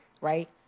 right